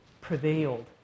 prevailed